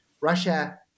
Russia